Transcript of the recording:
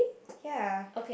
ya